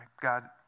God